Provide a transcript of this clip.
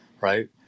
Right